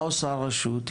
מה עושה הרשות?